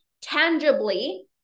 tangibly